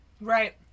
Right